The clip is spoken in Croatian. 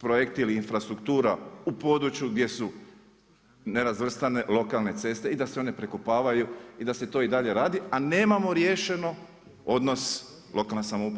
projekti ili infrastruktura u području gdje su nerazvrstane lokalne ceste i da se one prekopavaju i da se to i dalje radi a nemamo riješeno odnosno lokalne samouprave.